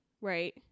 right